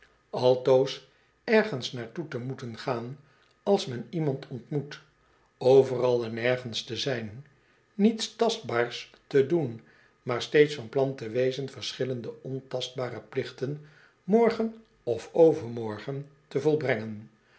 altoos ergens naar toe te moeten gaan als men iemand ontmoet overal en nergens te zijn niets tastbaars te doen maar steeds van plan te wezen verschillende ontastbare plichten morgen of overmorgen te volbrengen